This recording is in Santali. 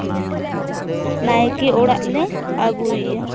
ᱱᱟᱭᱠᱮ ᱚᱲᱟᱜ ᱞᱮ ᱟᱹᱜᱩᱭᱮᱭᱟ